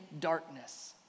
darkness